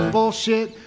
Bullshit